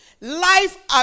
life